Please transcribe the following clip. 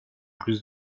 plus